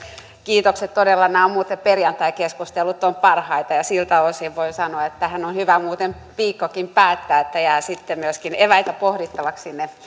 kiitokset todella nämä perjantaikeskustelut ovat parhaita ja siltä osin voin sanoa että tähän on hyvä muuten viikkokin päättää jää sitten myöskin eväitä pohdittavaksi sinne